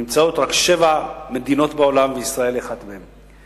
נמצאות רק שבע מדינות בעולם, וישראל היא אחת מהן.